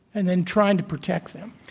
and then trying to protect them.